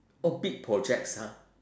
oh big projects ha